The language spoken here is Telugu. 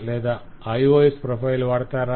లేదా IOS ప్రొఫైల్ వాడతారా